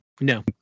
No